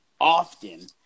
often